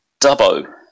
dubbo